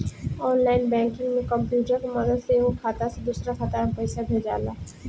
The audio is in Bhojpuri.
ऑनलाइन बैंकिंग में कंप्यूटर के मदद से एगो खाता से दोसरा खाता में पइसा भेजाला